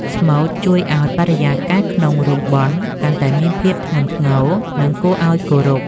ស្មូតជួយឱ្យបរិយាកាសក្នុងរោងបុណ្យកាន់តែមានភាពធ្ងន់ធ្ងរ និងគួរឱ្យគោរព។